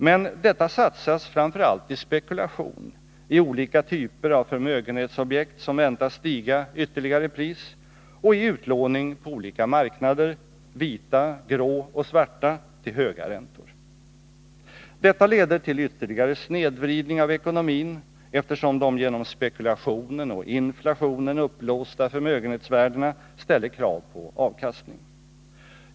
Men detta satsas framför allt i spekulation i olika typer av förmögenhetsobjekt som väntas stiga ytterligare i pris och i utlåning på olika marknader -— vita, grå och svarta — till höga räntor. Detta leder till ytterligare snedvridning av ekonomin, eftersom de genom spekulationen och inflationen uppblåsta förmögenhetsvärdena ställer krav på avkastning.